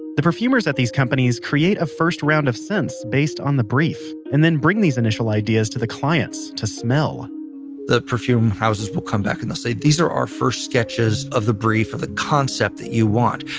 the perfumers at these companies create a first round of scents based on the brief, and then bring these initial ideas to the clients to smell the perfume houses will come back and they'll say, these are our first sketches of the brief or the concept that you want.